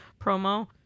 promo